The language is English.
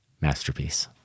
masterpiece